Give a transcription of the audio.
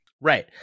Right